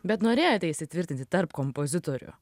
bet norėjote įsitvirtinti tarp kompozitorių